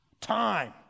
time